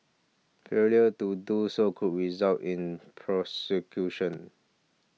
failure to do so could result in prosecution